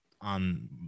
on